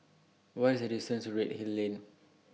What IS The distance to Redhill Lane